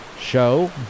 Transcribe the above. show